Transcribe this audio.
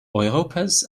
europas